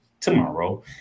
tomorrow